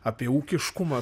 apie ūkiškumą